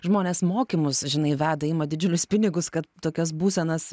žmonės mokymus žinai veda ima didžiulius pinigus kad tokias būsenas